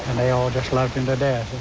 they all just loved him to